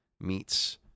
meets